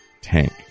tank